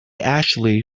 actually